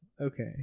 Okay